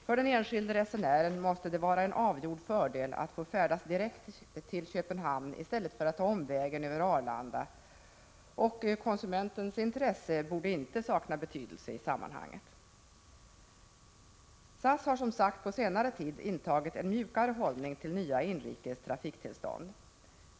För den enskilde resenären måste det vara en avgjord fördel att få färdas direkt till Köpenhamn i stället för att ta omvägen över Arlanda. Konsumentens intresse borde inte sakna betydelse i sammanhanget. SAS har som sagt på senare tid intagit en mjukare hållning till nya inrikes trafiktillstånd.